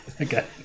Okay